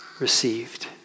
Received